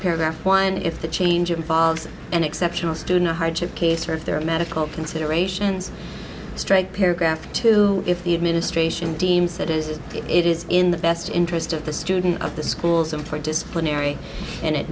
paragraph one if the change involves an exceptional student hardship case or if there are medical considerations strike paragraph two if the administration deems that is it is in the best interest of the student of the schools and for disciplinary an